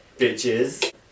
Bitches